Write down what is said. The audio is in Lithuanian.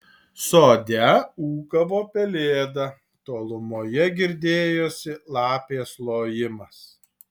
sode ūkavo pelėda tolumoje girdėjosi lapės lojimas